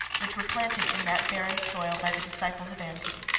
which were planted in that barren soil by the disciples of antony.